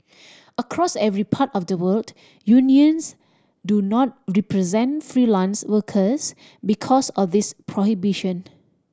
across every part of the world unions do not represent freelance workers because of this prohibition